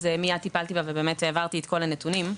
מיד טיפלתי בה והעברתי את כל הנתונים.